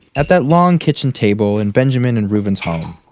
at that long kitchen table in benjamin and reuven's home.